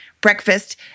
breakfast